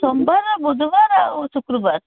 ସୋମବାର ବୁଧବାର ଆଉ ଶୁକ୍ରବାର